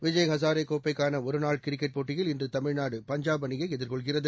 விஜய் அசாரே கோப்பைக்கான ஒருநாள் கிரிக்கெட் போட்டியில் இன்று தமிழ்நாடு பஞ்சாப் அணியை எதிர்கொள்கிறது